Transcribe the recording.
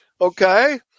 Okay